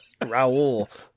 Raul